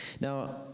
Now